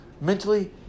Mentally